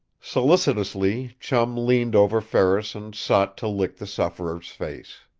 solicitously chum leaned over ferris and sought to lick the sufferer's face.